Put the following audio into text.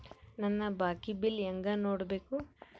ನನ್ನ ಬಾಕಿ ಬಿಲ್ ಹೆಂಗ ನೋಡ್ಬೇಕು?